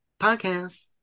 Podcast